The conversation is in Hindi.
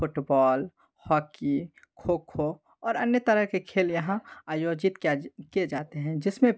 फुटबॉल हॉकी खोखो और अन्य तरह के खेल यहाँ आयोजित किया जा किए जाते हैं जिसमें